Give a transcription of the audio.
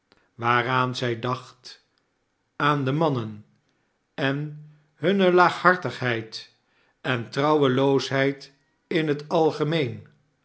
waaraan zij dacht aan de mannen en hunne laaghartigheid en trouweloosheid in het algemeen